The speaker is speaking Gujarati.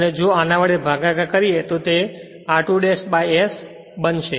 અને જો આના વડે ભાગાકાર કરીએ તો તે r2 ' s બનશે